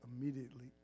immediately